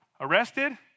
Arrested